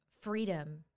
freedom